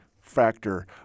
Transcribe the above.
factor